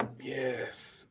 Yes